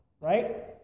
right